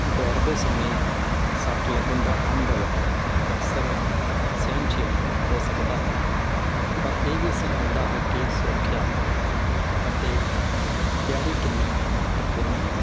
ਦੌੜਦੇ ਸਮੇਂ ਸੱਟ ਲੱਗਣ ਦਾ ਅਨੁਭਵ ਅਕਸਰ ਸਹਿਣਸ਼ੀਲ ਹੋ ਸਕਦਾ ਹੈ ਪਰ ਇਹ ਵੀ ਸਿਖਾਉਂਦਾ ਹੈ ਕਿ ਸੁਰੱਖਿਆ ਅਤੇ ਤਿਆਰੀ ਕਿੰਨੀ ਮਹੱਤਵਪੂਰਨ ਹੈ